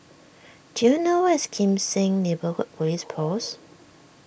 do you know where is Kim Seng Neighbourhood Police Post